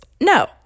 No